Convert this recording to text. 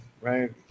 right